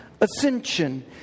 ascension